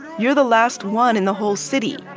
you're the last one in the whole city,